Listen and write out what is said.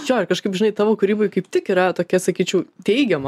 jo ir kažkaip žinai tavo kūryboj kaip tik yra tokia sakyčiau teigiama